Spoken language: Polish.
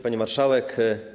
Pani Marszałek!